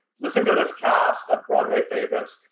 listen to this cast of broadway favorites.